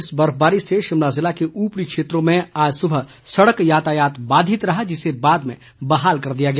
इस बर्फबारी से शिमला जिले के ऊपरी क्षेत्रों में आज सुबह सड़क यातायात बाधित रहा जिसे बाद में बहाल कर दिया गया